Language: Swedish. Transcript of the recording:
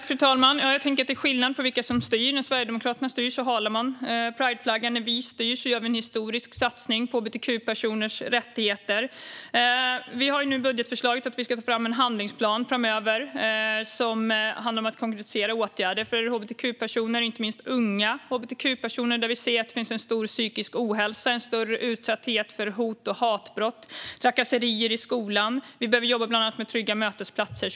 Fru talman! Jag tänker att det är skillnad beroende på vilka som styr. När Sverigedemokraterna styr halar man prideflaggan. När vi styr gör vi en historisk satsning på hbtq-personers rättigheter. Det ingår i budgetförslaget att vi framöver ska ta fram en handlingsplan som handlar om att konkretisera åtgärder för hbtq-personer, inte minst unga hbtq-personer där vi ser att det finns en stor psykisk ohälsa, en större utsatthet för hot och hatbrott och för trakasserier i skolan. Vi behöver bland annat jobba med trygga mötesplatser.